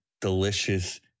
delicious